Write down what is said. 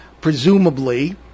Presumably